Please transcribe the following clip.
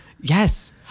Yes